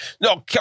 No